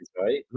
right